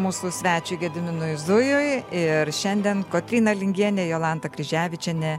mūsų svečiui gediminui zujui ir šiandien kotryna lingienė jolanta kryževičienė